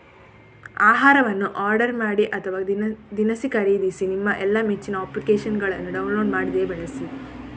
ಆಹಾರವನ್ನು ಆರ್ಡರ್ ಮಾಡಿ ಅಥವಾ ದಿನಸಿ ಖರೀದಿಸಿ ನಿಮ್ಮ ಎಲ್ಲಾ ಮೆಚ್ಚಿನ ಅಪ್ಲಿಕೇಶನ್ನುಗಳನ್ನು ಡೌನ್ಲೋಡ್ ಮಾಡದೆಯೇ ಬಳಸಿ